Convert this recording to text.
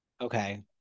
okay